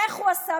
איך הוא עשה?